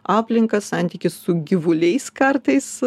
aplinka santykis su gyvuliais kartais